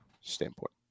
standpoint